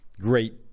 great